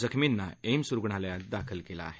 जखमींना एम्स रूग्णालयात दाखल केलं आहे